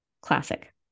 Classic